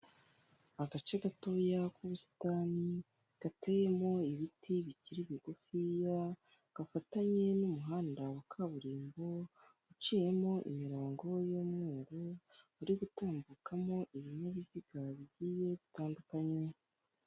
Agace gatoya k'ubusitani gateyemo ibiti bikiri bigufi, gafatanye n'umuhanda wa kaburimbo uciyemo imirongo y'umweru, uri gutambukamo ibinyabiziga bigiye bitandukanye.